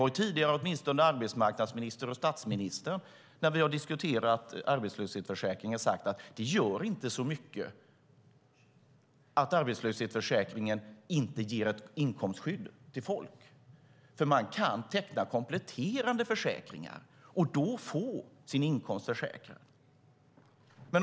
Där har åtminstone arbetsmarknadsministern och statsministern när vi har diskuterat arbetslöshetsförsäkring tidigare sagt att det inte gör så mycket att arbetslöshetsförsäkringen inte ger ett inkomstskydd till folk, för man kan teckna kompletterande försäkringar och då få sin inkomst försäkrad.